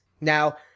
now